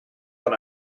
kan